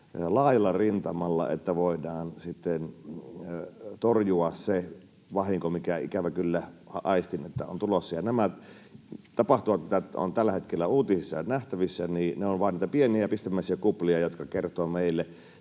laajalla rintamalla, että voidaan torjua se vahinko, minkä ikävä kyllä aistin, että on tulossa. Nämä tapahtumat, mitä on tällä hetkellä uutisissa nähtävissä, ovat vain niitä pieniä pistemäisiä kuplia, jotka kertovat meille